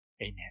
Amen